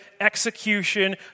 execution